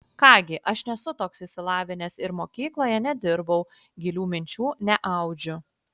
ką gi aš nesu toks išsilavinęs ir mokykloje nedirbau gilių minčių neaudžiu